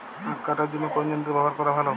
আঁখ কাটার জন্য কোন যন্ত্র ব্যাবহার করা ভালো?